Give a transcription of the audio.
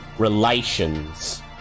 relations